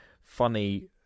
funny